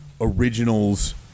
originals